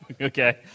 Okay